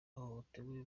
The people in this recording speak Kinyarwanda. bahohotewe